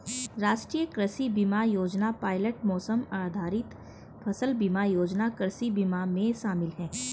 राष्ट्रीय कृषि बीमा योजना पायलट मौसम आधारित फसल बीमा योजना कृषि बीमा में शामिल है